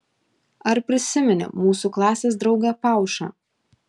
ar prisimeni mūsų klasės draugą paušą